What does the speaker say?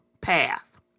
path